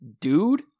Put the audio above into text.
dude